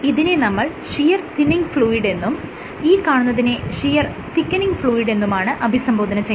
ഇതിനെ നമ്മൾ shear thinning ഫ്ലൂയിഡെന്നും ഈ കാണുന്നതിനെ ഷിയർ തിക്കനിങ് ഫ്ലൂയിഡെന്നുമാണ് അഭിസംബോധന ചെയ്യുന്നത്